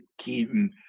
Keaton